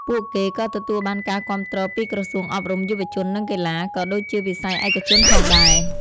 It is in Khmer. ពួកគេក៏ទទួលបានការគាំទ្រពីក្រសួងអប់រំ យុវជន និងកីឡា ក៏ដូចជាវិស័យឯកជនផងដែរ។